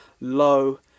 low